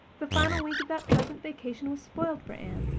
the final week of that pleasant vacation was spoiled for anne,